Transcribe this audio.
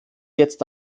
jetzt